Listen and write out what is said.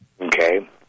Okay